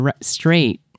straight